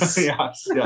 Yes